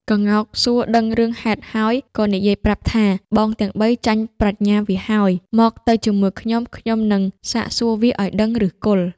ក្ងោកសួរដឹងរឿងហេតុហើយ ក៏និយាយប្រាប់ថា៖ "បងទាំង៣ ចាញ់ប្រាជ្ញវាហើយ! មកទៅជាមួយខ្ញុំ ខ្ញុំនឹងសាកសួរវាឲ្យដឹងឫសគល់"។